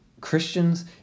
Christians